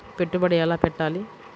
పెట్టుబడి ఎలా పెట్టాలి?